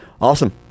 Awesome